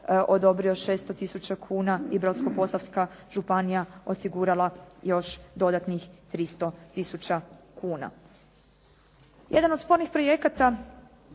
odobrio 600 tisuća kuna i Brodsko-posavska županija osigurala još dodatnih 30 tisuća kuna. Jedan od spornih projekata